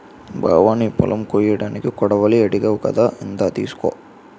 బావా నీ పొలం కొయ్యడానికి కొడవలి అడిగావ్ కదా ఇందా తీసుకో